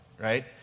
right